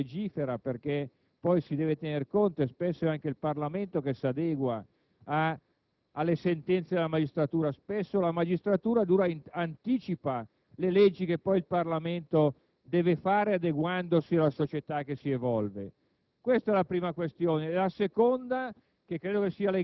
fa giurisprudenza e di fatto, poi, in qualche modo legifera, perché se ne deve tener conto e spesso anche il Parlamento si adegua alle sentenze emesse dalla magistratura: spesso la magistratura anticipa le leggi che poi il Parlamento deve fare adeguandosi alla società che si evolve.